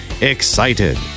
excited